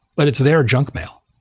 but it's their junk mail.